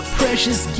precious